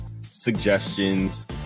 suggestions